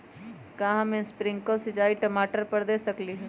का हम स्प्रिंकल सिंचाई टमाटर पर दे सकली ह?